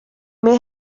may